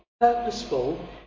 purposeful